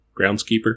groundskeeper